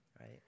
right